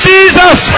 Jesus